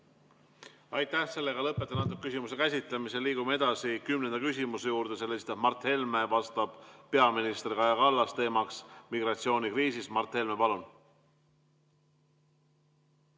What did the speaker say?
Aitäh! Lõpetan antud küsimuse käsitlemise. Liigume edasi kümnenda küsimuse juurde. Selle esitab Mart Helme, vastab peaminister Kaja Kallas ja teemaks on migratsioonikriis. Mart Helme, palun!